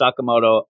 Sakamoto